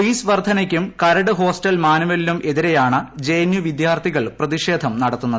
fees വർദ്ധനയ്ക്കും കരട് hostel മാനുവലിനും എതിരെയാണ് ജെ എൻ യു വിദ്യാർത്ഥികൾ പ്രതിഷേധം നടത്തുന്നത്